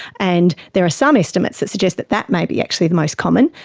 and there are some estimates that suggest that that may be actually the most common,